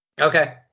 Okay